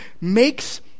makes